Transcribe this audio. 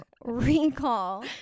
recall